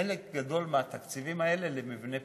חלק גדול מהתקציבים האלה הם למבני פיתוח,